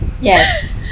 yes